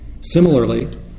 Similarly